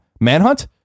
Manhunt